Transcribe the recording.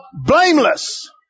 blameless